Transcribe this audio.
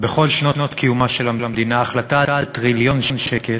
בכל שנות קיומה של המדינה, החלטה על טריליון שקל.